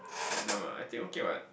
Vietnam ah I think okay [what]